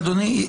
אדוני,